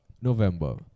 November